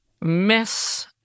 Miss